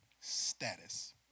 status